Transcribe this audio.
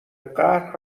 قهر